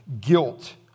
guilt